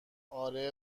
آره